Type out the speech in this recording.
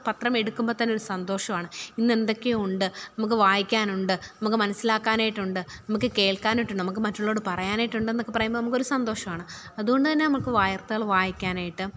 പത്രമെടുക്കുമ്പോള് തന്നൊരു സന്തോഷമാണ് ഇന്നെന്തെക്കൊയോ ഉണ്ട് നമുക്ക് വായിക്കാനുണ്ട് നമുക്ക് മനസ്സിലാക്കാനായിട്ടുണ്ട് നമുക്ക് കേൾക്കാനായിട്ടുണ്ട് നമുക്ക് മറ്റുള്ളവരോട് പറയാനായിട്ടുണ്ടെന്നൊക്കെ പറയുമ്പോള് നമുക്കൊരു സന്തോഷവാണ് അതുകൊണ്ട് തന്നെ നമുക്ക് വാർത്തകള് വായിക്കാനായിട്ട്